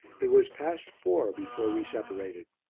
it was past four before we separated.